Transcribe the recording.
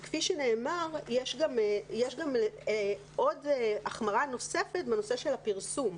וכפי שנאמר, יש גם החמרה נוספת בנושא של הפרסום.